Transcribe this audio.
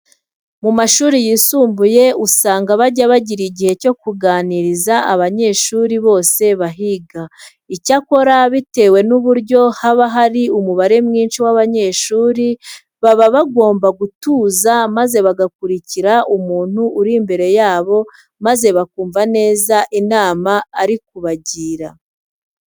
Mu mashuri yisumbuye usanga bajya bagira igihe cyo kuganiriza abanyeshuri bose bahiga. Icyakora bitewe n'uburyo haba hari umubare mwinshi w'abanyeshuri, baba bagomba gutuza maze bagakurikira umuntu uri imbere yabo maze bakumva neza inama ari kubagira.